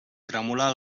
tremolar